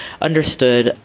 understood